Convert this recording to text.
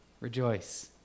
Rejoice